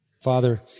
Father